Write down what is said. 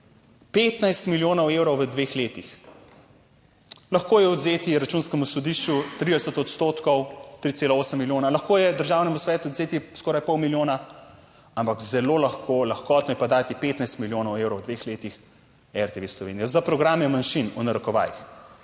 15 milijonov evrov v dveh letih. Lahko je odvzeti Računskemu sodišču 30 odstotkov. 3,8 milijona, lahko je Državnemu svetu odvzeti skoraj pol milijona, ampak zelo lahko, lahkotno je pa dati 15 milijonov evrov v dveh letih RTV Slovenija. Za programe manjšin v narekovajih,